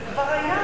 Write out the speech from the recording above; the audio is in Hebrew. זה כבר היה.